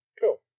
Cool